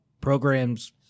programs –